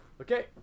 okay